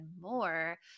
more